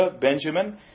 Benjamin